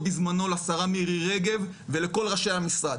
בזמנו לשרה מירי רגב ולכל ראשי המשרד.